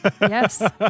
Yes